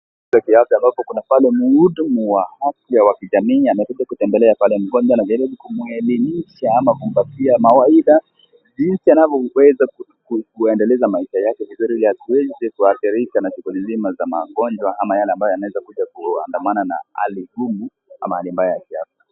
Kituo cha afya ambapo pale kuna muhudumu wa afya wa kijamii amekuja kutembelea pale mgonjwa, anajaribu kumueminisha ama kumtafutia mawaitha, jinsi anavyo weza kuendelesha maisha yake vizuri ili asiweze kuathirika na shuguli nzima za magonjwa, ama yale yanaweza kuja kuandamana na hali ngumu, ama hali mbaya ya kiafya.